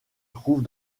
trouvent